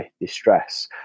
distress